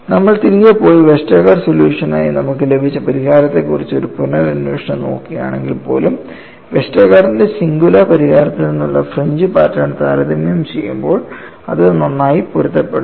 നമ്മൾ തിരികെ പോയി വെസ്റ്റർഗാർഡ് സൊല്യൂഷനായി നമുക്ക് ലഭിച്ച പരിഹാരത്തെക്കുറിച്ച് ഒരു പുനരന്വേഷണം നോക്കുകയാണെങ്കിൽ പോലും വെസ്റ്റർഗാർഡിന്റെ സിംഗുലാർ പരിഹാരത്തിൽ നിന്നുള്ള ഫ്രിഞ്ച് പാറ്റേൺ താരതമ്യം ചെയ്യുമ്പോൾ അത് നന്നായി പൊരുത്തപ്പെടുന്നു